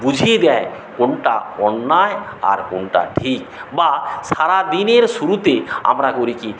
বুঝিয়ে দেয় কোনটা অন্যায় আর কোনটা ঠিক বা সারা দিনের শুরুতে আমরা করি কী